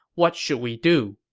what should we do?